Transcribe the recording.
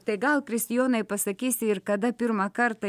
tai gal kristijonai pasakysi ir kada pirmą kartą